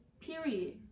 period